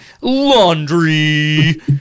laundry